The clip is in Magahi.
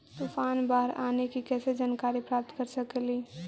तूफान, बाढ़ आने की कैसे जानकारी प्राप्त कर सकेली?